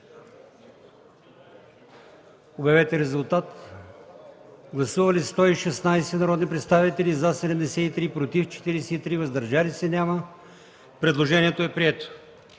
Моля, гласувайте. Гласували 116 народни представители: за 73, против 43, въздържали се няма. Предложението е прието.